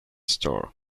store